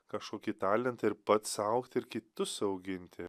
kašokį talentą ir pats augt ir kitus auginti